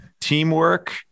teamwork